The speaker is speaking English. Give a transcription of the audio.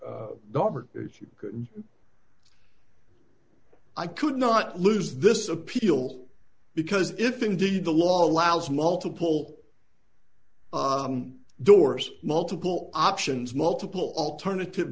you could i could not lose this appeal because if indeed the law allows multiple doors multiple options multiple alternative